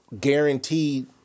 guaranteed